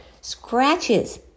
scratches